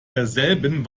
derselben